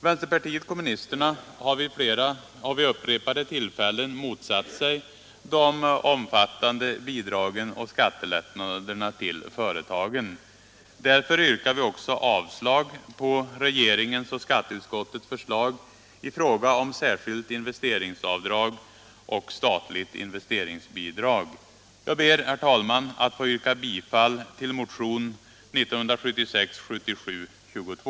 Vänsterpartiet kommunisterna har vid upprepade tillfällen motsatt sig de omfattande bidragen och skattelättnaderna till företagen. Därför yrkar vi också avslag på regeringens och skatteutskottets förslag i fråga om särskilt investeringsavdrag och statligt investeringsbidrag. Jag ber, herr talman, att få yrka bifall till motionen 1976/77:22.